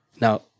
Now